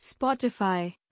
Spotify